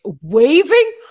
Waving